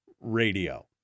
radio